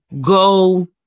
go